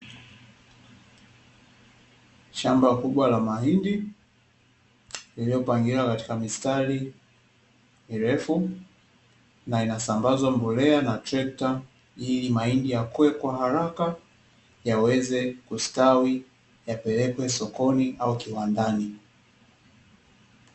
Shamba kubwa la mahindi lililopangiliwa katika mistari mirefu na inasambazwa mbolea na trekta, ili mahindi yakue kwa haraka, yaweze kustawi ,yapelekwe sokoni au kiwandani.